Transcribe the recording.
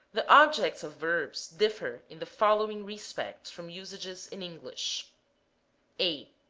the objects of verbs differ in the following respects from usages in english a.